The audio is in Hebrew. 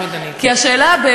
כי השאלה שלך,